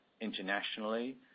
Internationally